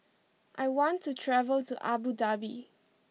I want to travel to Abu Dhabi